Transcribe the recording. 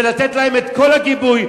ולתת להם את כל הגיבוי,